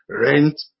rent